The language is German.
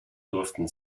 durften